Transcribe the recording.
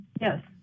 Yes